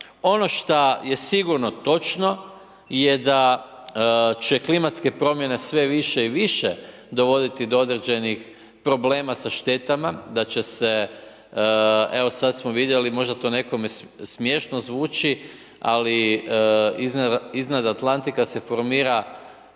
Ono šta je sigurno točno je da će klimatske promjene sve više i više dovoditi do određenih problema sa štetama, da će se evo sad smo vidjeli, možda to nekome smješno zvuči, ali iznad Atlantika se formira